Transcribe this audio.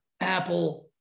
Apple